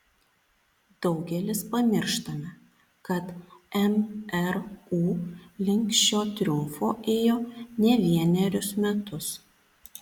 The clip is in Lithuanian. daugelis pamirštame kad mru link šio triumfo ėjo ne vienerius metus